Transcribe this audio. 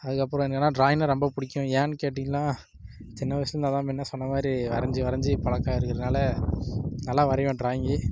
அதுக்கப்புறோம் என்னன்னா டிராயிங்ன்னா ரொம்ப பிடிக்கும் ஏன்னு கேட்டீங்கள்னா சின்ன வயசுலந்தே அதான் முன்ன சொன்ன மாதிரி வரஞ்சு வரஞ்சு பழக்கம் ஆயிருக்கிறதுனால நல்லா வரையுவேன் டிராயிங்கு